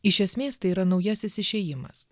iš esmės tai yra naujasis išėjimas